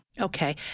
Okay